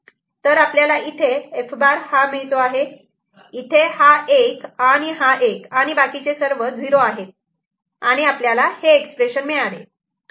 तर आपल्याला इथे F' हा मिळतोआहे इथे हा '1' आणि हा '1' आणि बाकीचे सर्व '0' आहेत आणि आपल्याला हे एक्सप्रेशन मिळाले